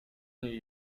niej